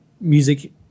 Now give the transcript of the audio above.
music